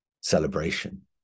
celebration